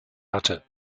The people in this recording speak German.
hatte